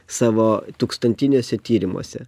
savo tūkstantiniuose tyrimuose